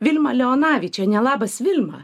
vilmą leonavičienę labas vilma